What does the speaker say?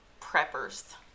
preppers